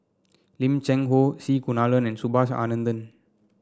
Lim Cheng Hoe C Kunalan and Subhas Anandan